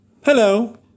Hello